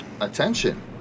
attention